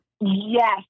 Yes